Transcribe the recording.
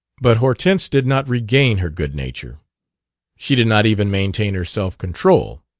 but hortense did not regain her good-nature she did not even maintain her self-control.